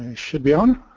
should be on.